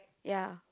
ya